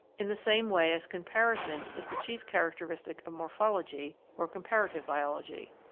in the same way as comparison is the chief characteristic of morphology or comparative biology.